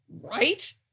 Right